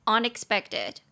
Unexpected